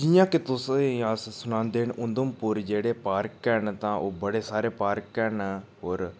जि'यां कि तुसेंगी अस सनांदे न उधमपुर जेह्ड़े पार्क हैन तां ओह् बड़े सारे पार्क हैन होर